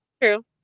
true